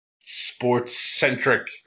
sports-centric